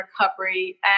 recovery